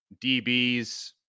DBs